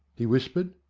he whispered.